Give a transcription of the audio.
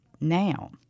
now